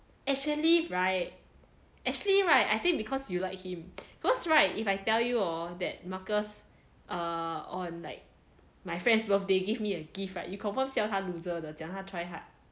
actually right actually right I think because you like him cause right if I tell you hor that marcus err on like my friend's birthday give me a gift right you confirm 笑他 loser 的讲他 try hard